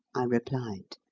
i replied.